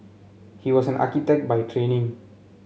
he was an architect by training